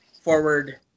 forward